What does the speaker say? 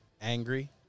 angry